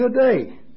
today